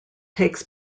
takes